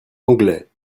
anglais